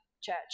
church